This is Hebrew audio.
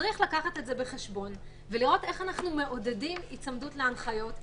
צריך לקחת את זה בחשבון ולראות איך אנחנו מעודדים היצמדות להנחיות,